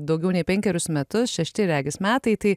daugiau nei penkerius metus šešti regis metai tai